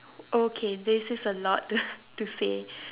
okay this is a lot to to say